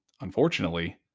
unfortunately